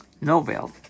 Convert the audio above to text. Novel